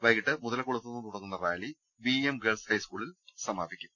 വൈകിട്ട് മുതലക്കുളത്തുനിന്ന് തുടങ്ങുന്ന rally B E M girls ഹൈസ്കൂളിൽ സമാപിക്കും